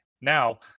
Now